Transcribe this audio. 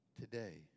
today